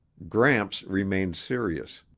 gramps remained serious.